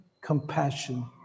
compassion